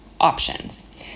options